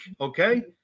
okay